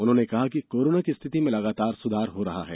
उन्होंने कहा कि कोरोना की स्थिति में लगातार सुधार हो रहा है